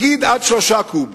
נגיד עד 3 קוב.